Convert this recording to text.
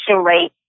rate